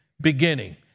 beginning